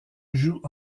joue